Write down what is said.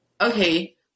okay